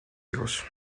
hijos